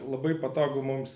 labai patogu mums